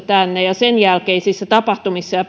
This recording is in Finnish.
tänne ja sen jälkeiset tapahtumat ja